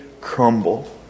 crumble